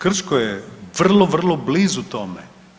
Krško je vrlo, vrlo blizu tome.